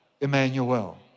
emmanuel